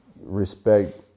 respect